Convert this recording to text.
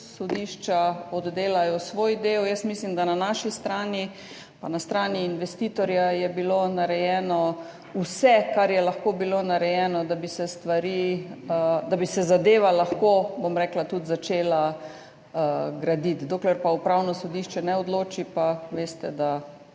oddelajo svoj del. Jaz mislim, da je bilo na naši strani in na strani investitorja narejeno vse, kar je lahko bilo narejeno, da bi se zadeva lahko tudi začela graditi. Dokler pa Upravno sodišče ne odloči, pa veste, da